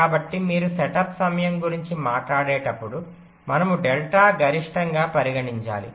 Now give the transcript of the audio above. కాబట్టి మీరు సెటప్ సమయం గురించి మాట్లాడేటప్పుడు మనము డెల్టా గరిష్టంగా పరిగణించాలి